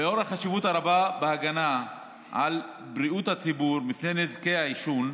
לאור החשיבות הרבה של ההגנה על בריאות הציבור מפני נזקי העישון,